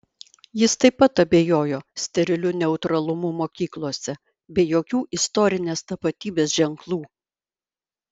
jis taip pat abejojo steriliu neutralumu mokyklose be jokių istorinės tapatybės ženklų